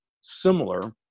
similar